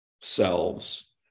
selves